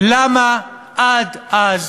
למה עד אז